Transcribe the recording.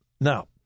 Now